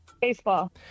Baseball